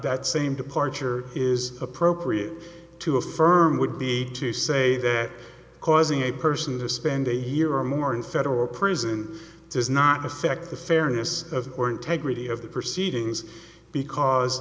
that same departure is appropriate to affirm would be to say that causing a person to spend a year or more in federal prison does not affect the fairness of or integrity of the proceedings because